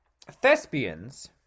thespians